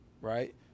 right